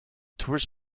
tours